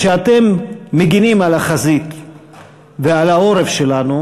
כשאתם מגינים על החזית ועל העורף שלנו,